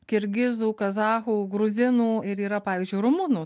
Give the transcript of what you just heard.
kirgizų kazachų gruzinų ir yra pavyzdžiui rumunų